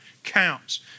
Counts